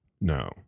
no